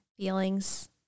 feelings